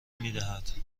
میدهد